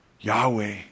Yahweh